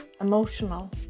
emotional